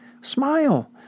Smile